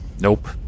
Nope